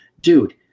Dude